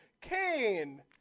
Kane